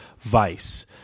vice